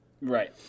Right